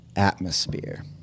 atmosphere